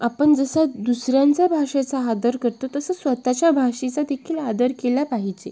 आपण जसं दुसऱ्यांच्या भाषेचा आदर करतो तसं स्वतःच्या भाषेचा देखील आदर केला पाहिजे